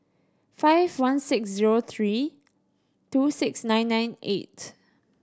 five one six zero three two six nine nine eight